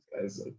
guys